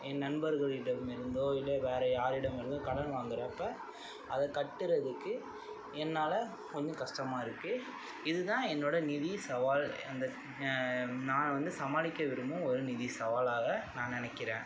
என் நண்பர்களிடம் இருந்தோ இல்லை வேறு யாரிடம் இருந்தோ கடன் வாங்குகிறப்ப அதை கட்டுறதுக்கு என்னால் கொஞ்சம் கஷ்டமாக இருக்குது இது தான் என்னோடய நிதி சவால் அந்த நான் வந்து சமாளிக்க விரும்பும் ஒரு நிதி சவாலாக நான் நினைக்கிறேன்